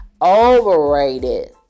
overrated